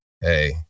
hey